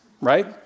right